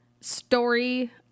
story